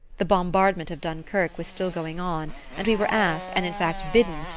the bombardment of dunkuerque was still going on and we were asked, and in fact bidden,